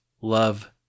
love